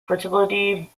fertility